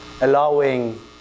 allowing